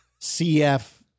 CF